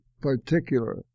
particular